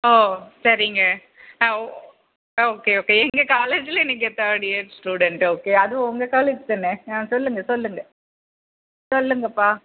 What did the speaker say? ஓ சரிங்க ஆ ஓ ஆ ஓகே ஓகே எங்கள் காலேஜில் நீங்கள் தேர்ட் இயர் ஸ்டூடெண்ட்டு ஓகே அதுவும் உங்கள் காலேஜ் தானே ஆ சொல்லுங்கள் சொல்லுங்கள் சொல்லுங்கப்பா